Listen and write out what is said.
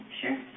sure